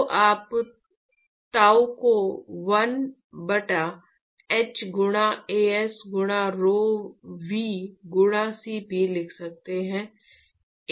तो आप ताऊ को 1 बटा h गुणा As गुणा rho V गुणा Cp लिख सकते हैं